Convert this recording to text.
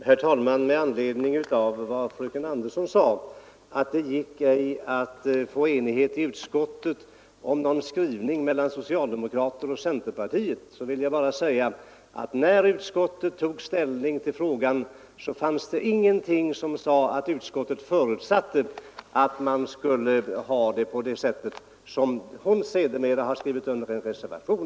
Herr talman! Fröken Andersson sade att det i utskottet inte gick att nå enighet mellan socialdemokrater och centerpartister om skrivningen. Med anledning av det vill jag bara säga att när utskottet tog ställning till frågan var det ingen som sade att man förutsatte att Kungl. Maj:t utan dröjsmål skulle tillsätta den begärda utredningen, vilket fröken Andersson sedermera skrivit under i en reservation.